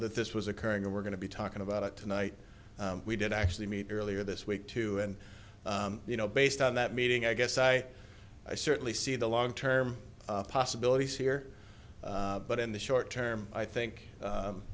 that this was occurring and we're going to be talking about it tonight we did actually meet earlier this week to and you know based on that meeting i guess i i certainly see the long term possibilities here but in the short term i